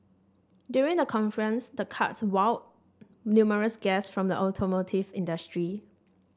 during the conference the karts wowed numerous guests from the automotive industry